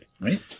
right